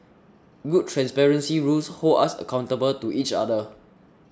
good transparency rules hold us accountable to each other